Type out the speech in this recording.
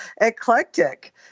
eclectic